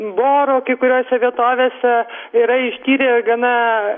boro kai kuriose vietovėse yra ištyrę gana